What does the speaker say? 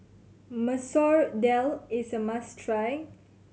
Masoor Dal is a must try